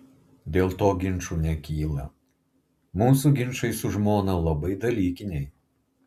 dėl to ginčų nekyla mūsų ginčai su žmona labai dalykiniai